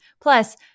Plus